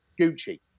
gucci